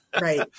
Right